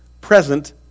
present